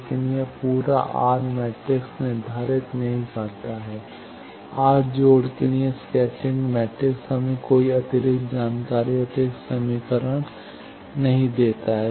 लेकिन यह पूरा आर मैट्रिक्स निर्धारित नहीं करता है आर जोड़ के लिए स्कैटरिंग मैट्रिक्स हमें कोई अतिरिक्त जानकारी अतिरिक्त समीकरण नहीं देता है